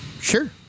Sure